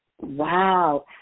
Wow